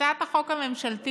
בהצעת החוק הממשלתית